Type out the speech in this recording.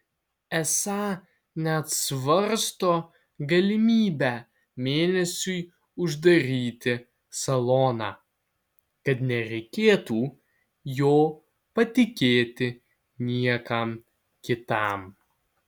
esą net svarsto galimybę mėnesiui uždaryti saloną kad nereikėtų jo patikėti niekam kitam